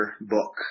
book